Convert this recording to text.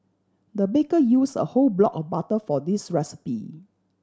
the baker used a whole block of butter for this recipe